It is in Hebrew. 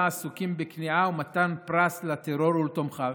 עסוקים בכניעה ומתן פרס לטרור ולתומכיו?